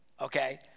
Okay